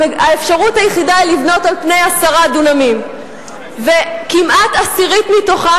האפשרות היחידה היא לבנות על פני 10 מיליון דונמים.